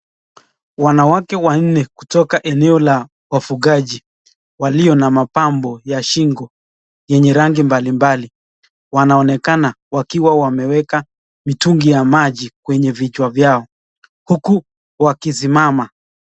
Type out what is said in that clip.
Wanawake wanne kutoka eneo la wafugaji, walio na mapambo ya shingo, yenye rangi mbali mbali, wanaonekana wakiwa wameweka mitungi ya maji kwenye vichwa vyao, huku wakisiamama.